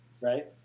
Right